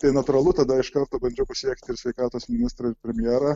tai natūralu tada iškarto bandžiau pasiekti ir sveikatos ministrą ir premjerą